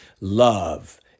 love